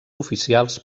oficials